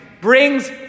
brings